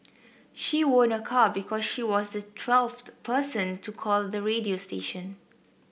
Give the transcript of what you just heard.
she won a car because she was the twelfth person to call the radio station